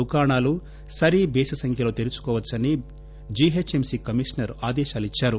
దుకాణాలు సరి టేసి సంఖ్యలో తెరుచుకోవ్సని జీహెచ్ఎంసీ కమిషనర్ ఆదేశాలు ఇచ్చారు